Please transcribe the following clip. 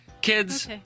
Kids